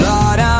Lord